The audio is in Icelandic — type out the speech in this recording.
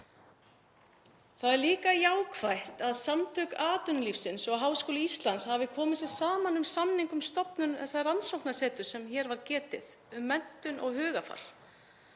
Það er líka jákvætt að Samtök atvinnulífsins og Háskóli Íslands hafi komið sér saman um samning um stofnun rannsóknarseturs, sem hér var getið, um menntun og hugarfar.